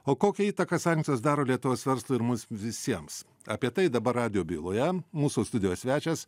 o kokią įtaką sankcijos daro lietuvos verslui ir mus visiems apie tai dabar radijo byloje mūsų studijos svečias